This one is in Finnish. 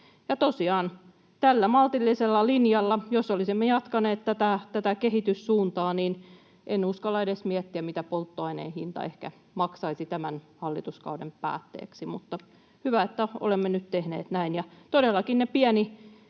tällä maltillisella linjalla ollaan. Jos olisimme jatkaneet tuota kehityssuuntaa, en uskalla edes miettiä, mitä polttoaine ehkä maksaisi tämän hallituskauden päätteeksi. On hyvä, että olemme nyt tehneet näin. Todellakin ei